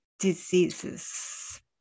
diseases